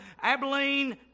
Abilene